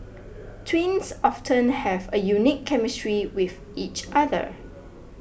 twins often have a unique chemistry with each other